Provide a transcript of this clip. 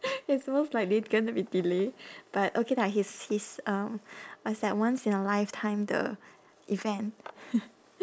it's almost like they gonna be delay but okay lah his his um what's that once in a lifetime the event